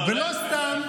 לא נאמתי.